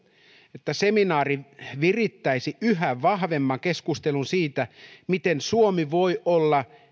että seminaari virittäisi yhä vahvemman keskustelun siitä miten suomi voi olla